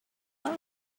loan